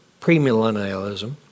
premillennialism